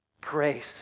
Grace